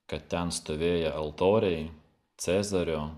kad ten stovėję altoriai cezario